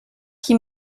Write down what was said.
qui